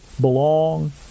belong